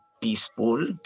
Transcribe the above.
peaceful